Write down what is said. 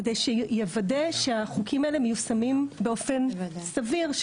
כדי שיוודא שהחוקים האלה מיושמים באופן סביר,